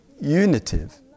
Unitive